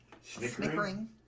Snickering